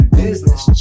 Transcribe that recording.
business